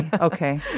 Okay